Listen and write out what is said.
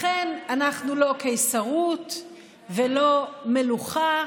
לכן אנחנו לא קיסרות ולא מלוכה